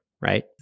Right